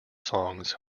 songs